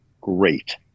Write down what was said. great